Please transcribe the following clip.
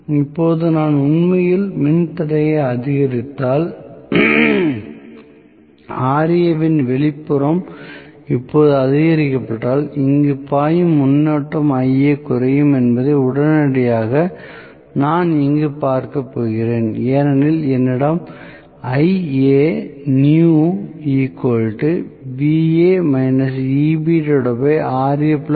இப்போது நான் உண்மையில் மின் தடையை அதிகரித்தால் Ra வின் வெளிப்புறம் இப்போது அதிகரிக்கப்பட்டால் இங்கு பாயும் மின்னோட்டம் Ia குறையும் என்பதை உடனடியாக நான் இங்கு பார்க்கப் போகிறேன் ஏனெனில் என்னிடம் உள்ளது